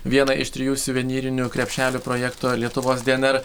vieną iš trijų suvenyrinių krepšelių projekto lietuvos dnr